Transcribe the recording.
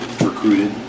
recruited